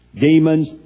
Demons